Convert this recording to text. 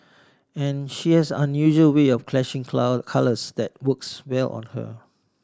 and she has unusual way of clashing cloud colours that works well on her